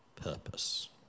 purpose